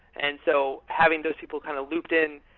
and so having those people kind of looped in.